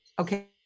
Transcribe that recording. Okay